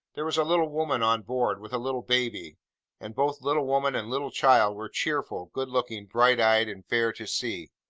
there was a little woman on board, with a little baby and both little woman and little child were cheerful, good-looking, bright eyed, and fair to see.